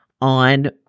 on